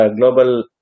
global